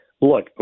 Look